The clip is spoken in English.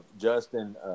Justin